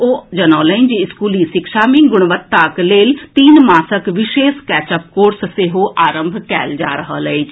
ओ जनौलनि जे स्कूली शिक्षा मे गुणवत्ताक लेल तीन मासक विशेष कैचअप कोर्स सेहो आरंभ कयल जा रहल अछि